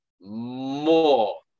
more